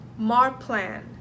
Marplan